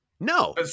No